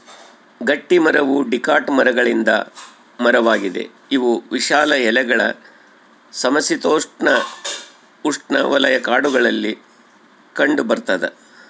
ಗಟ್ಟಿಮರವು ಡಿಕಾಟ್ ಮರಗಳಿಂದ ಮರವಾಗಿದೆ ಇವು ವಿಶಾಲ ಎಲೆಗಳ ಸಮಶೀತೋಷ್ಣಉಷ್ಣವಲಯ ಕಾಡುಗಳಲ್ಲಿ ಕಂಡುಬರ್ತದ